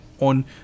on